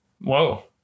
Whoa